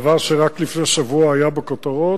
דבר שרק לפני שבוע היה בכותרות.